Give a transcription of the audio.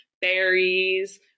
berries